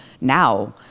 now